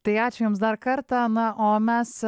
tai ačiū jums dar kartą na o mes